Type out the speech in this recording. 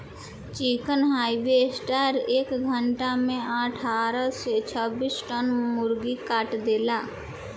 chicken harvester एक घंटा में अठारह से छब्बीस टन मुर्गा काट देला